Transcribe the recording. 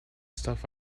stuff